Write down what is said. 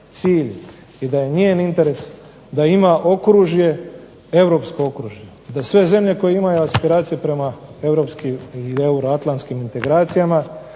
i da je njen interes da ima okružje, europsko okružje, da sve zemlje koje imaju aspiracije prema europskim ili euroatlantski integracijama